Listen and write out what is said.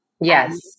Yes